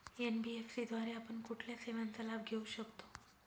NBFC द्वारे आपण कुठल्या सेवांचा लाभ घेऊ शकतो?